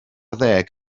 ddeg